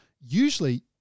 usually